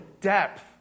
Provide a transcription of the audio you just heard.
depth